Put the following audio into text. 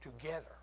together